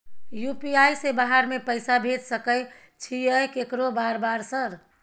UPI से बाहर में पैसा भेज सकय छीयै केकरो बार बार सर?